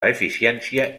eficiència